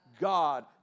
God